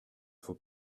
faut